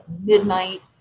midnight